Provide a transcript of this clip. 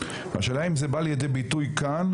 השאלה אם זה בא לידי ביטוי כאן.